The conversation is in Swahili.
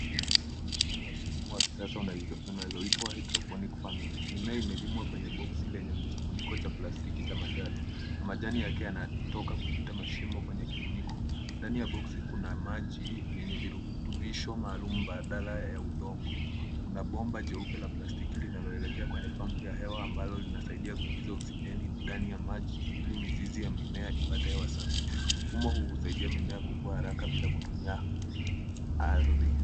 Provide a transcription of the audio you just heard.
Hapa naona mfumo wa kilimo wa kisasa unaoitwa hydroponic farming . Mimea imelimwa kwenye boxi lenye kifuniko cha plastiki cha manjano, na majani yake yanatoka kupita mashimo kwenye kifuniko. Ndani ya boxi kuna maji yenye virutubisho maalum badala ya udongo. Kuna bomba jeupe la plastiki linaloelekea kwenye pampu ya hewa ambalo linasaidia kuingiza oksijeni ndani ya maji ili mizizi ya mimea ipate hewa safi. Mfumo huu husaidia mimea kukua haraka bila kutumia ardhi.